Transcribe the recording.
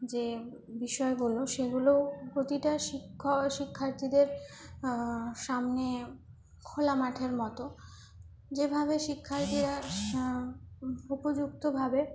যে বিষয়গুলো সেগুলো প্রতিটা শিক্ষার্থীদের সামনে খোলা মাঠের মতো যেভাবে শিক্ষার্থীরা উপযুক্তভাবে